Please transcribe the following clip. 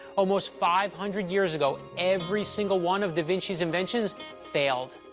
almost five hundred years ago, every single one of da vinci's inventions failed.